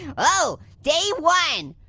oh, day one!